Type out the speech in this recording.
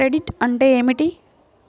Credit అంటే ఏమిటి?